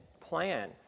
plan